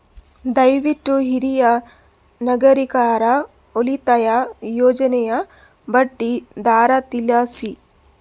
ದಯವಿಟ್ಟು ಹಿರಿಯ ನಾಗರಿಕರ ಉಳಿತಾಯ ಯೋಜನೆಯ ಬಡ್ಡಿ ದರ ತಿಳಸ್ರಿ